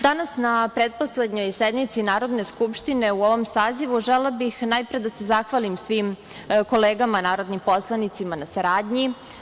Danas na pretposlednjoj sednici Narodne skupštine u ovom sazivu želela bih najpre da se zahvalim svim kolegama narodnim poslanicima na saradnji.